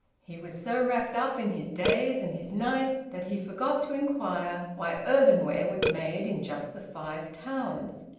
he was so wrapped up in his days and his nights that he forgot to inquire why earthenware was made in just the five towns.